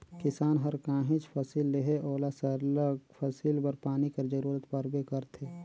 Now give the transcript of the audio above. किसान हर काहींच फसिल लेहे ओला सरलग फसिल बर पानी कर जरूरत परबे करथे